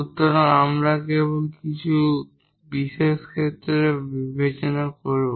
সুতরাং আমরা কেবল কিছু বিশেষ ক্ষেত্রে বিবেচনা করব